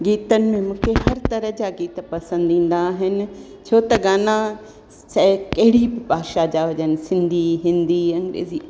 गीतनि में मूंखे हर तरह जा गीत पसंदि ईंदा आहिनि छो त गाना चाहे कहिड़ी बि भाषा जा हुजनि सिंधी हिंदी अंग्रेज़ी